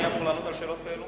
אני יכול לענות על שאלות כאלה?